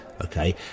okay